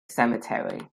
cemetery